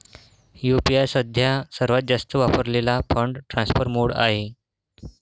UPI सध्या सर्वात जास्त वापरलेला फंड ट्रान्सफर मोड आहे